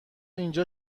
اینجا